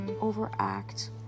overact